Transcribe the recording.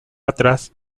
atrás